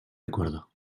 recuerdo